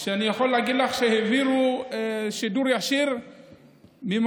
שאני יכול להגיד לך שהעבירו שידור ישיר ממקומות,